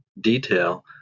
detail